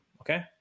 okay